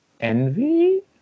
envy